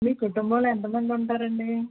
మీ కుటుంబంలో ఎంత మంది ఉంటారండి